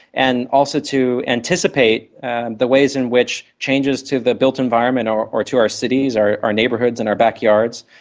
and also to anticipate the ways in which changes to the built environment or or to our cities or our neighbourhoods and our backyards,